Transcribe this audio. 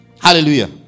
Hallelujah